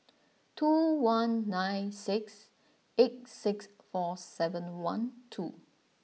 two one nine six eight six four seven one two